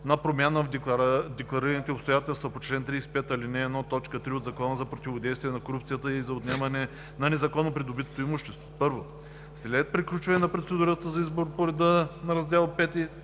на промяна в декларираните обстоятелства по чл. 35, ал. 1, т. 3 от Закона за противодействие на корупцията и за отнемане на незаконно придобитото имущество 1. След приключване на процедурата за избор по реда на Раздел V